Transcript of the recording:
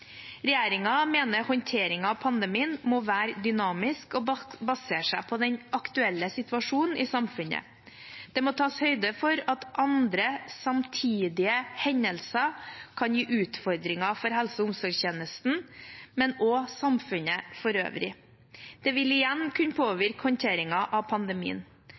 mener håndteringen av pandemien må være dynamisk og basere seg på den aktuelle situasjonen i samfunnet. Det må tas høyde for at andre samtidige hendelser kan gi utfordringer for helse- og omsorgstjenesten, men også for samfunnet for øvrig. Det vil igjen kunne påvirke håndteringen av pandemien.